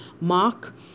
Mark